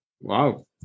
Wow